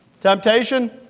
Temptation